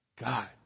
God